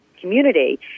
community